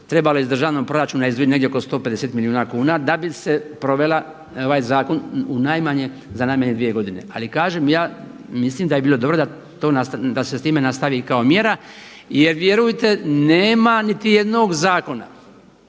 trebalo iz državnog proračuna izdvojiti negdje oko 150 milijuna kuna da bi se proveo ovaj zakon za najmanje dvije godine. Ali kažem ja mislim da bi bilo dobro da se s tim nastavi kao mjera jer vjerujte nema niti jednog zakona